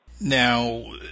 Now